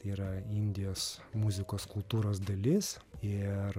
tai yra indijos muzikos kultūros dalis ir